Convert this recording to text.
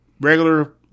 regular